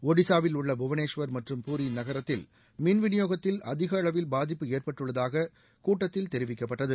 ஜடிசாவில் உள்ள புவனேஷ்வர் மற்றும் பூரி நகரத்தில் மின் விநியோகத்தில் அதிக அளவில் பாதிப்பு ஏற்பட்டுள்ளதாக கூட்டத்தில் தெரிவிக்கப்பட்டது